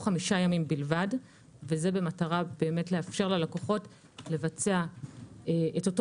חמישה ימים בלבד וזה במטרה לאפשר ללקוחות לבצע את אותו